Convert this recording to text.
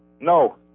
No